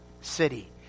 city